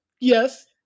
Yes